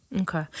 Okay